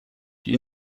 die